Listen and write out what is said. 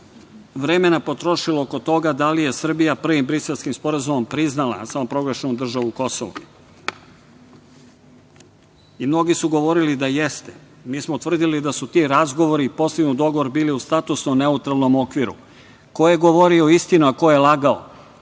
vremena potrošilo oko toga da li je Srbija Prvim Briselskim sporazumom priznala samoproglašenu državu Kosovo i mnogi su govorili da jeste. Mi smo tvrdili da su ti razgovori i postignut dogovor bili u statusno neutralnom okviru. Ko je govorio istinu, a ko je lagao?